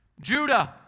Judah